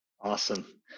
Awesome